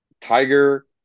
Tiger